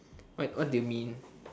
what do you mean